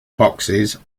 boxes